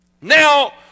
Now